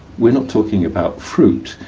we're not talking about fruit,